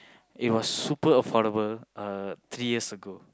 it was super affordable uh three years ago